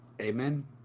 Amen